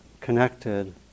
connected